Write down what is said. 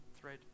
thread